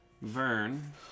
Vern